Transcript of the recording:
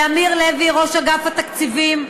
לאמיר לוי, ראש אגף התקציבים,